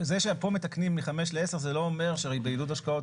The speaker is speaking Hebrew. זה שפה מתקנים מ 5 ל 10 זה לא אומר שבעידוד השקעות